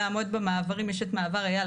--- מירב בן ארי,